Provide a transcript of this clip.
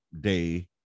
day